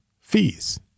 fees